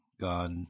God